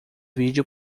vídeo